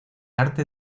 arte